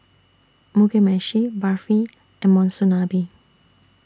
Mugi Meshi Barfi and Monsunabe